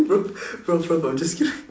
bro bro bro I'm just kidding